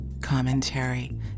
Commentary